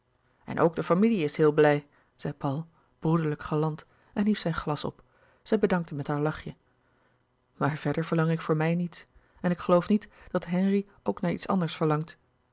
en ook de familie is heel blij zei paul broederlijk galant en hief zijn glas op zij bedankte met haar lachje maar verder verlang ik voor mij niets en ik geloof niet dat henri ook naar iets anders verlangt